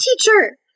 teacher